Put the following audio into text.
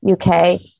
UK